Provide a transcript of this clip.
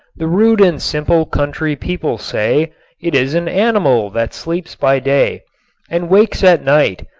the rude and simple country people say it is an animal that sleeps by day and wakes at night,